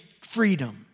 freedom